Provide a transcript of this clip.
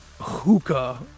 hookah